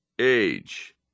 age